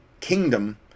kingdom